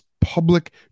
public